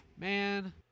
man